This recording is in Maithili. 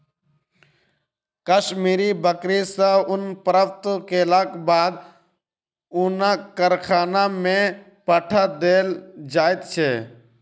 कश्मीरी बकरी सॅ ऊन प्राप्त केलाक बाद ऊनक कारखाना में पठा देल जाइत छै